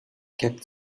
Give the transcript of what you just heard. kept